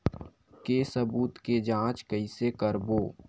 के सबूत के जांच कइसे करबो?